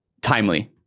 timely